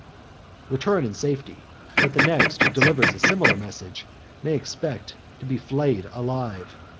return in safety but the next who delivers a similar message may expect to be flayed alive.